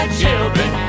children